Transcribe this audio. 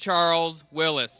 charles willis